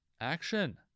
action